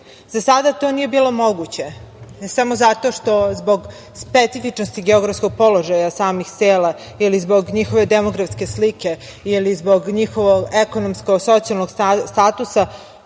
sada to nije bilo moguće, ne samo zato što zbog specifičnosti geografskog položaja samih sela, ili zbog njihove demografske slike, ili zbog njihovog ekonomsko-socijalnog statusa,